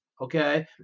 Okay